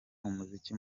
umuziki